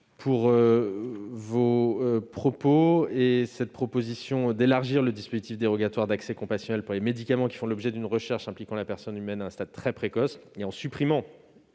Vous proposez d'élargir, monsieur le sénateur, le dispositif dérogatoire d'accès compassionnel pour les médicaments qui font l'objet d'une recherche impliquant la personne humaine à un stade très précoce, en supprimant